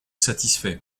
satisfait